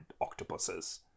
octopuses